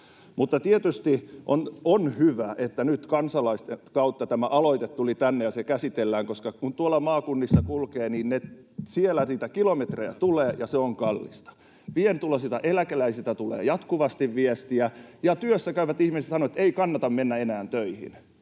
Mutta tietysti on hyvä, että nyt kansalaisten kautta tämä aloite tuli tänne ja se käsitellään, koska kun tuolla maakunnissa kulkee, niin siellä niitä kilometrejä tulee ja se on kallista. Pienituloisilta eläkeläisiltä tulee jatkuvasti viestiä, ja työssäkäyvät ihmiset sanovat, että ei kannata mennä enää töihin.